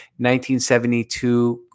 1972